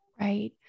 right